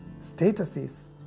statuses